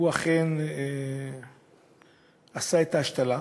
הוא אכן עשה את ההשתלה,